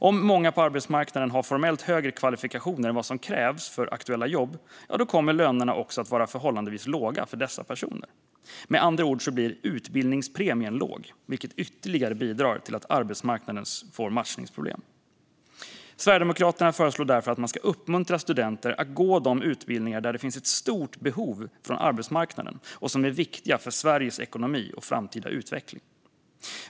Om många på arbetsmarknaden har formellt högre kvalifikationer än vad som krävs för aktuella jobb kommer lönerna också att vara förhållandevis låga för dessa personer. Med andra ord blir utbildningspremien låg, vilket ytterligare bidrar till att arbetsmarknaden får matchningsproblem. Sverigedemokraterna föreslår därför att man ska uppmuntra studenter att gå de utbildningar där det finns ett stort behov från arbetsmarknaden och som är viktiga för Sveriges ekonomi och framtida utveckling.